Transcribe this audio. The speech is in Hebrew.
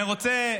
אני רוצה,